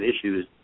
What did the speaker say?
issues